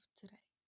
today